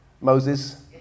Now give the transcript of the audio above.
Moses